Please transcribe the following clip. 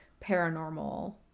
paranormal